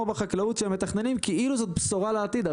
בחקלאות שהם מתכננים כאילו זאת בשורה לעתיד.